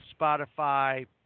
Spotify